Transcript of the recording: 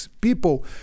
People